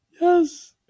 Yes